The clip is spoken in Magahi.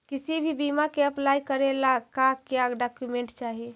किसी भी बीमा में अप्लाई करे ला का क्या डॉक्यूमेंट चाही?